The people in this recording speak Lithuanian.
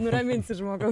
nuraminsi žmogau